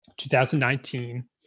2019